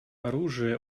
оружие